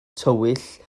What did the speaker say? tywyll